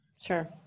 Sure